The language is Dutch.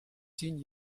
tien